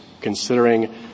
considering